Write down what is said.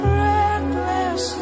reckless